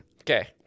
Okay